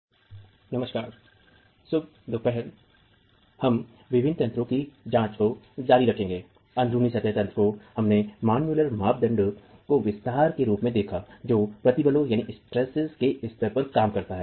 तो नमस्कार शुभ दोपहर हम विभिन्न तंत्रों की जांच जारी रखेंगे अन्ध्रुनी सतह तंत्र को हमने मान मुलर मानदंड को विस्तार के रूप में देखा जो प्रतिबलों के स्तर पर काम करता है